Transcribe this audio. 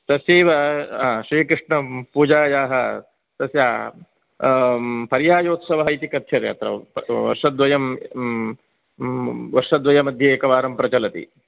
तस्यैव श्रीकृष्णपूजायाः तस्य पर्यायोत्सवः इति कथ्यते अत्र वर्षद्वयं वर्षद्वयमध्ये एकवारं प्रचलति